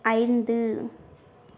ஐந்து